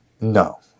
No